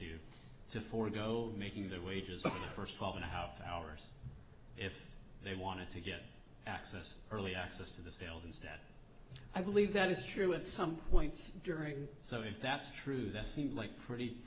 to to forego making their wages up in the first twelve and a half hours if they wanted to get access early access to the sales instead i believe that is true at some points during so if that's true that seems like pretty